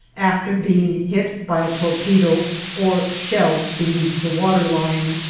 after being hit by a torpedo or shell beneath the water line,